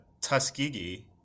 Tuskegee